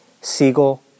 Siegel